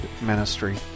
ministry